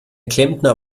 klempner